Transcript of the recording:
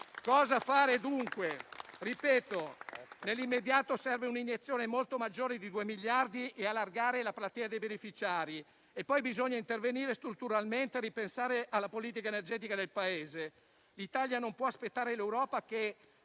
Cosa fare, dunque? Nell'immediato - ripeto - serve un'iniezione molto maggiore di 2 miliardi e allargare la platea dei beneficiari e poi bisogna intervenire strutturalmente e ripensare alla politica energetica del Paese. L'Italia non può aspettare l'Europa che,